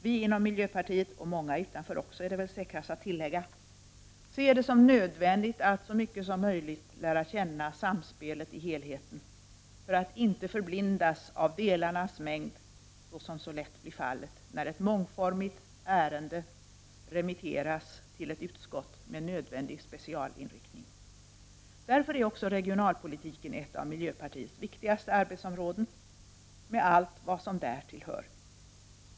Vi inom miljöpartiet — och många utanför också, är det väl säkrast att tillägga — ser det som nödvändigt att så mycket som möjligt lära känna samspelet i helheten för att inte förblindas av delarnas mängd, såsom så lätt blir fallet när ett mångformigt ärende remitteras till ett utskott med nödvändig specialinriktning. Därför är också regionalpolitiken ett av miljöpartiets viktigaste arbetsområden — med allt vad som därtill hör.